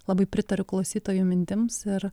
labai pritariu klausytojų mintims ir